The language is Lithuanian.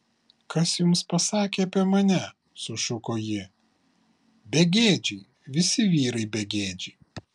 kas jums pasakė apie mane sušuko ji begėdžiai visi vyrai begėdžiai